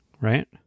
right